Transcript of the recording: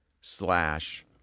slash